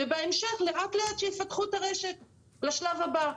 ובהמשך לאט לאט שיפתחו את הרשת לשלב הבא.